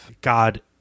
God